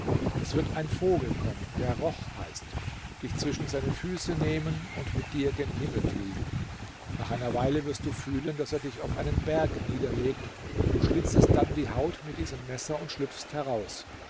es wird ein vogel kommen der roch heißt dich zwischen seine füße nehmen und mit dir gen himmel fliegen nach einer weile wirst du fühlen daß er dich auf einen berg niederlegt du schlitzest dann die haut mit diesem messer und schlüpfst heraus